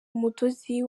umudozi